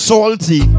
Salty